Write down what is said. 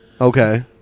okay